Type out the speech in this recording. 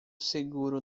seguro